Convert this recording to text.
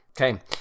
Okay